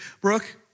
Brooke